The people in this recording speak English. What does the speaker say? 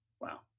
Wow